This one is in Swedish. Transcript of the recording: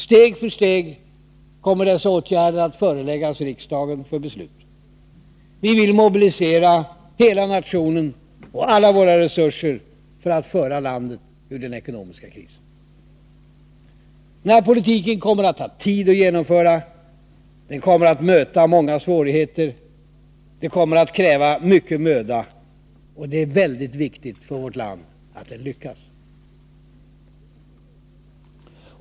Steg för steg kommer dessa åtgärder att föreläggas riksdagen för beslut. Vi vill mobilisera hela nationen och alla våra resurser för att föra landet ur den ekonomiska krisen. Denna politik kommer att ta tid att genomföra. Den kommer att möta många svårigheter. Den kommer att kräva mycken möda. Det är väldigt viktigt för vårt land att den lyckas.